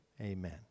amen